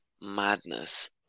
madness